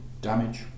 damage